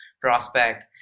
prospect